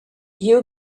you